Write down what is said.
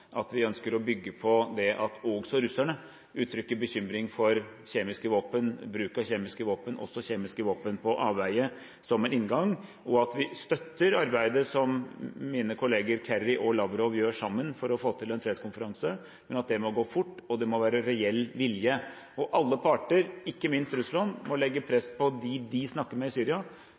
at vi ønsker å bygge på det at også russerne uttrykker bekymring for kjemiske våpen – bruk av kjemiske våpen, men også kjemiske våpen på avveie – som en inngang, og at vi støtter arbeidet som mine kolleger Kerry og Lavrov gjør sammen for å få til en fredskonferanse, men at det må gå fort, og det må være reell vilje. Og alle parter, ikke minst Russland, må legge press på dem de snakker med i Syria,